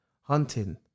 hunting